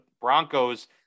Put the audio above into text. Broncos